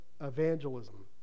evangelism